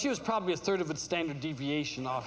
she was probably a third of a standard deviation of